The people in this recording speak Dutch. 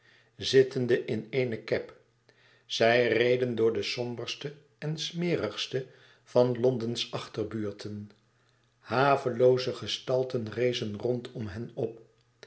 zittende in eene cab zij reden door de somberste en smerigste van londens achterbuurten havelooze gestalten rezen rondom hen op